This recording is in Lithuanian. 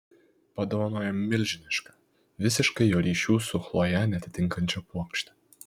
padovanojo milžinišką visiškai jo ryšių su chloje neatitinkančią puokštę